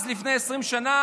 אז, לפני 20 שנה,